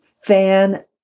fan